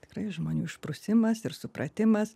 tikrai žmonių išprusimas ir supratimas